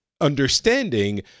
understanding